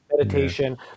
meditation